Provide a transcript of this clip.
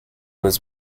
was